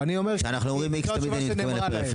--- כשאנחנו אומרים X תמיד אני מתכוון לפריפריה.